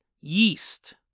yeast